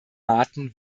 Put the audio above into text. maaten